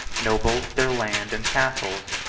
nobles their lands and castles,